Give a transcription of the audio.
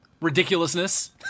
ridiculousness